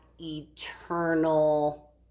eternal